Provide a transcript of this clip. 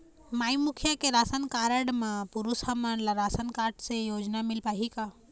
माई मुखिया के राशन कारड म पुरुष हमन ला राशन कारड से योजना मिल पाही का?